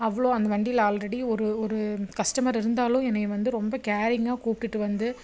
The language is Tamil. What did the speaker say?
அவ்ளோ அந்த வண்டியில ஆல்ரெடி ஒரு ஒரு கஸ்டமர் இருந்தாலும் என்னைய வந்து ரொம்ப கேரிங்காக கூப்பிட்டுட்டு வந்து